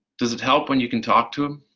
does it help when you can talk to them,